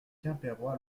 quimpérois